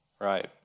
Right